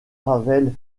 ravel